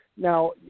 Now